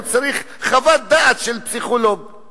הוא צריך חוות דעת של פסיכולוג,